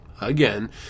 again